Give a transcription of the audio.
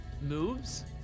moves